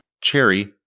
Cherry